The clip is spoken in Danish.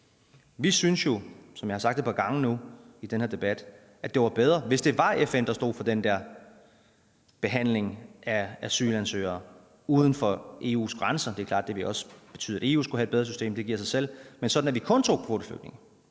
Vi synes jo, som jeg har sagt et par gange nu i den her debat, at det var bedre, hvis det var FN, der stod for den der behandling af asylansøgere uden for EU's grænser. Det er klart, at det også ville betyde, at EU skulle have et bedre system, det giver sig selv, men sådan at vi kun tog kvoteflygtninge.